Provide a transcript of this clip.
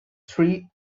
three